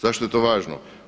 Zašto je to važno?